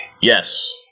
Yes